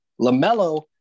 LaMelo